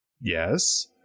Yes